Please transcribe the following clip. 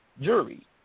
jury